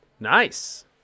Nice